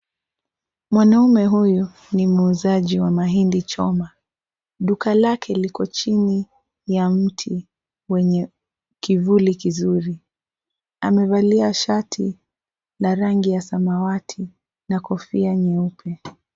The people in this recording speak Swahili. Mwanaume huyu ni muuzaji wa mahindi choma. Duka lake liko chini ya mti wenye kivuli kizuri. Amevalia shati la rangi ya samawati na kofia nyeupe.